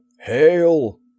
Hail